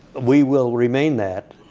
we will remain that.